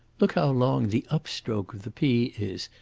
look how long the up stroke of the p is,